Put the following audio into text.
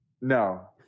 No